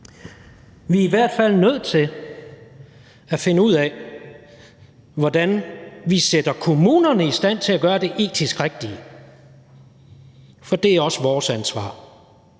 Vi er i hvert fald nødt til at finde ud af, hvordan vi sætter kommunerne i stand til at gøre det etisk rigtige. For det er også vores ansvar: